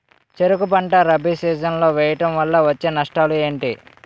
చెరుకు పంట రబీ సీజన్ లో వేయటం వల్ల వచ్చే నష్టాలు ఏంటి?